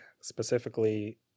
specifically